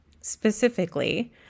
specifically